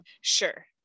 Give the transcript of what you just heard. sure